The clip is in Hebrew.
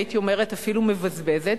הייתי אומרת אפילו מבזבזת,